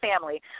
family